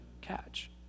catch